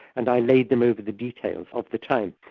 and i laid them over the details of the time,